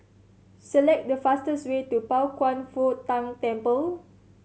select the fastest way to Pao Kwan Foh Tang Temple